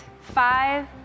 five